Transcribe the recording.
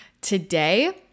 today